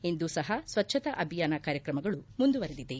ಇಂದು ಸಹ ಸ್ವಚ್ದತಾ ಅಭಿಯಾದ ಕಾರ್ಯಕ್ರಮಗಳು ಮುಂದುವರೆದಿದೆ